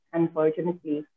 unfortunately